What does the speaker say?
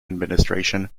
administration